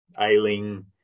Ailing